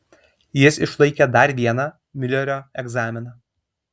jis išlaikė dar vieną miulerio egzaminą